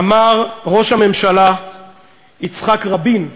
אמר ראש הממשלה יצחק רבין,